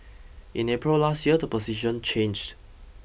in April last year the position changed